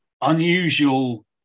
unusual